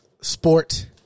sport